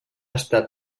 estat